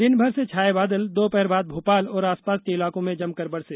दिनभर से छाये बादल दोपहर बाद भोपाल और आसपास के इलाकों में जमकर बरसे